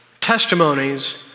testimonies